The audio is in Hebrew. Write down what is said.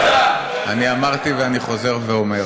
אני אמרתי, ואני חוזר ואומר: